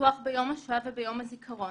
שפתוח ביום השואה וביום הזיכרון,